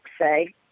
say